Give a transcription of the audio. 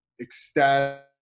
ecstatic